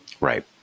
Right